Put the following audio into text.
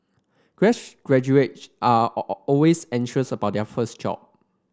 fresh graduates are always anxious about their first job